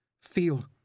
Feel